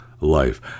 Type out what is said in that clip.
life